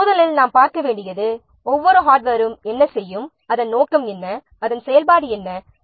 எனவே முதலில் நாம் பார்க்க வேண்டுயது ஒவ்வொரு ஹார்ட்வேரும் என்ன செய்யும் அதன் நோக்கம் என்ன அதன் செயல்பாடு என்ன போன்றவை ஆகும்